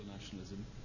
nationalism